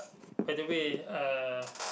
by the way uh